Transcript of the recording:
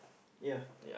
ya